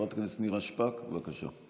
חברת הכנסת נירה שפק, בבקשה.